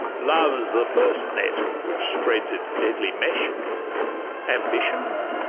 love s the first net which spreads its deadly mesh ambition,